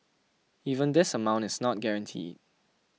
even this amount is not guaranteed